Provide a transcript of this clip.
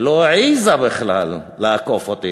שלא העזה בכלל לעקוף אותי.